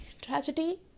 Tragedy